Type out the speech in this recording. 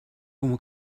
como